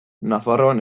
nafarroan